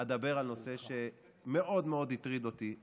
אדבר על נושא שהטריד אותי מאוד.